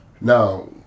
Now